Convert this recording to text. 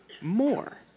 more